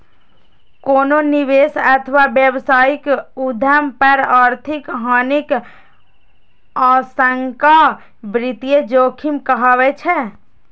कोनो निवेश अथवा व्यावसायिक उद्यम पर आर्थिक हानिक आशंका वित्तीय जोखिम कहाबै छै